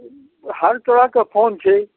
हर तरहके फोन छै